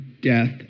death